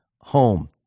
home